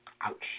Ouch